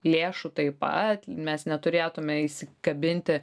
lėšų taip pat mes neturėtumėme įsikabinti